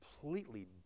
completely